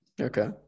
Okay